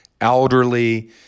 Elderly